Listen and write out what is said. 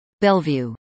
Bellevue